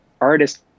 artist